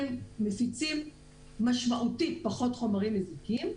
הם מפיצים משמעותית פחות חומרים מזיקים.